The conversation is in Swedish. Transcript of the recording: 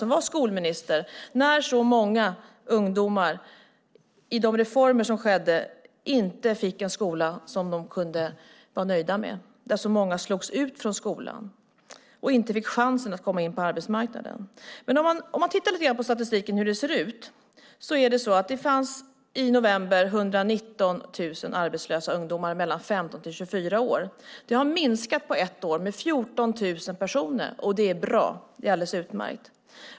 Hon var skolminister när många ungdomar på grund av de reformer som skedde inte fick en skola som de kunde vara nöjda med och när många slogs ut från skolan och inte fick chansen att komma in på arbetsmarknaden. Låt oss titta på statistiken. I november fanns det 119 000 arbetslösa ungdomar mellan 15 och 24 år. På ett har det minskat med 14 000 personer. Det är utmärkt.